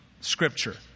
Scripture